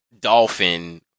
dolphin